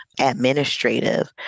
administrative